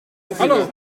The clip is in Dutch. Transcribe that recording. file